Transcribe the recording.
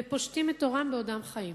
ופושטים את עורם בעודם חיים.